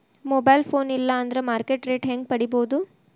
Mobile phone ಇಲ್ಲಾ ಅಂದ್ರ market rate ಹೆಂಗ್ ಪಡಿಬೋದು?